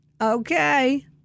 Okay